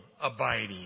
abiding